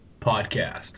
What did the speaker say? podcast